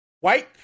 White